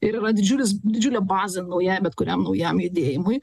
ir yra didžiulis didžiulė bazė naujai bet kuriam naujam judėjimui